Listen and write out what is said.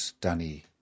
Danny